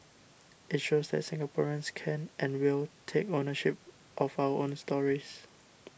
it shows that Singaporeans can and will take ownership of our own stories